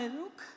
look